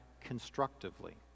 constructively